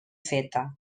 feta